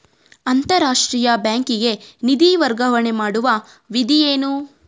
ಅಂತಾರಾಷ್ಟ್ರೀಯ ಬ್ಯಾಂಕಿಗೆ ನಿಧಿ ವರ್ಗಾವಣೆ ಮಾಡುವ ವಿಧಿ ಏನು?